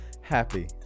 happy